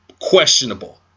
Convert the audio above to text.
questionable